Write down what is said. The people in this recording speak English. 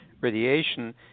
radiation